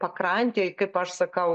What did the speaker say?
pakrantėj kaip aš sakau